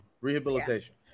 rehabilitation